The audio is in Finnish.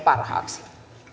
parhaaksi